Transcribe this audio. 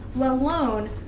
let alone,